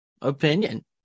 opinion